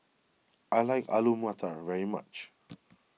I like Alu Matar very much